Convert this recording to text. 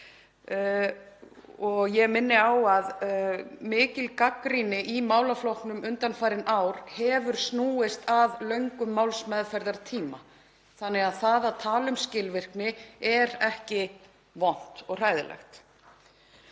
Ég minni á að mikil gagnrýni á málaflokkinn undanfarin ár hefur snúist að löngum málsmeðferðartíma, þannig að það að tala um skilvirkni er ekki vont og hræðilegt.